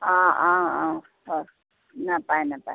হয় নাপায় নাপায়